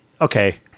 Okay